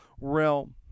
realm